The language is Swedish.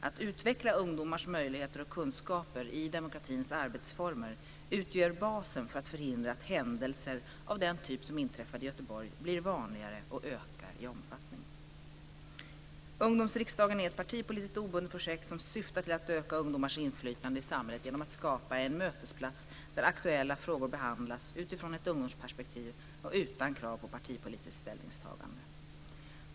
Att utveckla ungdomars möjligheter och kunskaper i demokratins arbetsformer utgör basen för att förhindra att händelser av den typ som inträffade i Göteborg blir vanligare och ökar i omfattning. Ungdomsriksdagen är ett partipolitiskt obundet projekt som syftar till att öka ungdomars inflytande i samhället genom att skapa en mötesplats där aktuella frågor behandlas utifrån ett ungdomsperspektiv och utan krav på partipolitiskt ställningstagande.